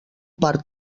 part